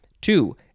Two